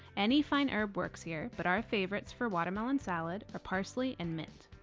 any fine herb works, here, but our favorites for watermelon salad are parsley and mint.